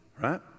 right